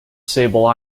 sable